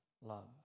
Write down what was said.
love